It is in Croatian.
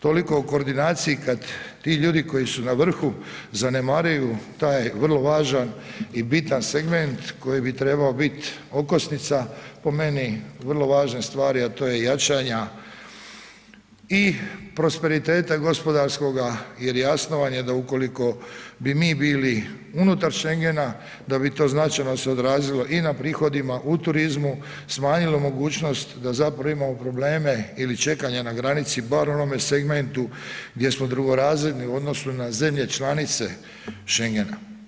Toliko o koordinaciji kad ti ljudi koji su na vrhu zanemaruju taj vrlo važan i bitan segment koji bi trebao biti okosnica po meni vrlo važne stvari, a to je jačanja i prosperiteta gospodarskoga jer jasno vam je da ukoliko bi mi bili unutar Schengena, da bi to značajno se odrazilo i na prihodima u turizmu, smanjilo mogućnost da zapravo imamo probleme lii čekanja na granici, vaš u onome segmentu gdje smo drugorazredni u odnosu na zemlje članice Schengena.